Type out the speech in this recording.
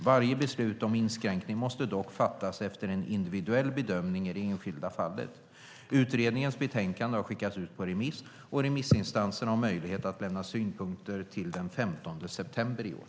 Varje beslut om inskränkning måste dock fattas efter en individuell bedömning i det enskilda fallet. Utredningens betänkande har skickats ut på remiss och remissinstanserna har möjlighet att lämna synpunkter till den 15 september i år.